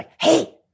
hey